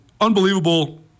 unbelievable